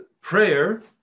prayer